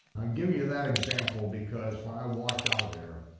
i'm giving you that example because when i walked out of there,